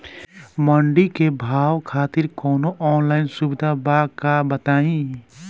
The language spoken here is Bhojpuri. मंडी के भाव खातिर कवनो ऑनलाइन सुविधा बा का बताई?